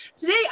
today